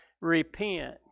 repent